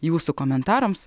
jūsų komentarams